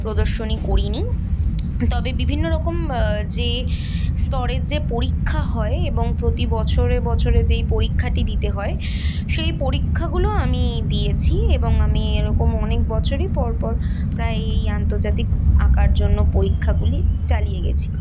প্রদর্শনী করি নি তবে বিভিন্ন রকম যে স্তরের যে পরীক্ষা হয় এবং প্রতি বছরে বছরে যেই পরীক্ষাটি দিতে হয় সেই পরীক্ষাগুলো আমি দিয়েছি এবং আমি এরকম অনেক বছরই পর পর প্রায়ই আন্তর্জাতিক আঁকার জন্য পরীক্ষাগুলি চালিয়ে গেছি